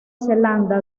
zelanda